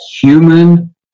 human